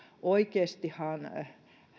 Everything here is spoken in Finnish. oikeastihan